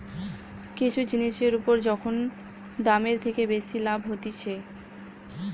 কিছু জিনিসের উপর যখন দামের থেকে বেশি লাভ হতিছে